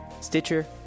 Stitcher